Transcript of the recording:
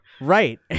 Right